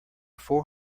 four